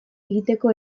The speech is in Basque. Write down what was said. egiteko